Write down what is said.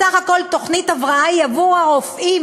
בסך הכול תוכנית ההבראה היא עבור הרופאים